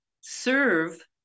serve